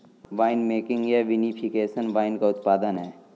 winemaking या vinification wine का उत्पादन है